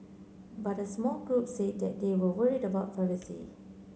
but a small group said that they were worried about privacy